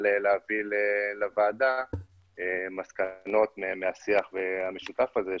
להביא לוועדה מסקנות מהשיח המשותף הזה,